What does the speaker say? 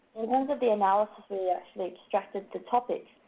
in terms of the analysis, we actually extracted the topics,